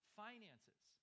finances